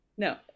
No